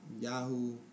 Yahoo